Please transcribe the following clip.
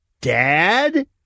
Dad